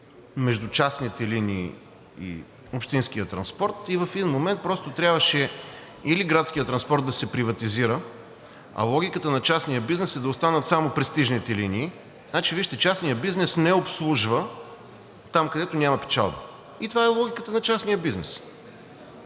между частните линии и общинския транспорт – в един момент трябваше или градският транспорт да се приватизира, а логиката на частния бизнес е да останат само престижните линии. Вижте, частният бизнес не обслужва там, където няма печалби – и това е логиката на частния бизнес,